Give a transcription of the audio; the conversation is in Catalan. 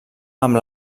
amb